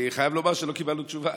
אני חייב לומר שלא קיבלנו תשובה.